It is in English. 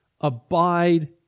abide